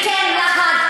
תודה רבה.